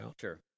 Sure